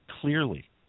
clearly